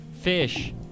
Fish